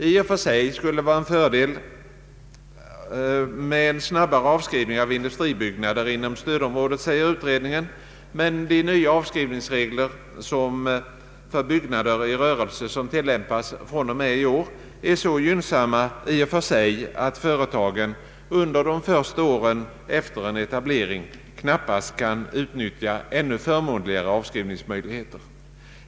I och för sig vore det en fördel med snabbare avskrivning av industribyggnader inom stödområdet, säger utredningen, men de nya avskrivningsregler för byggnader i rörelse som tillämpas från och med i år är så gynnsamma att företagen under de första åren efter en etablering knappast kan utnyttja ännu förmånligare avskrivningsmöjligheter.